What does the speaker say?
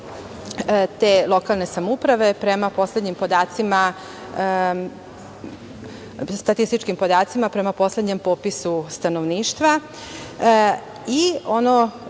te lokalne samouprave, prema poslednjim statističkim podacima, prema poslednjem popisu stanovništva i ono,